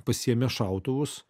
pasiėmė šautuvus